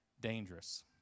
dangerous